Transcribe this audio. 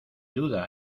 duda